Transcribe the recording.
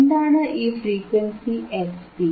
എന്താണ് ഈ frequency fc